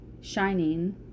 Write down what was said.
shining